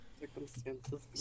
circumstances